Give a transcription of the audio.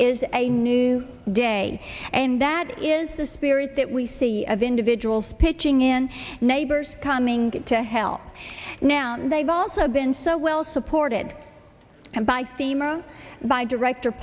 is a new day and that is the spirit that we see of individuals pitching in neighbors coming to help now and they've also been so well supported by sema by director